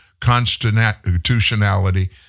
constitutionality